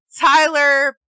tyler